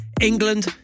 England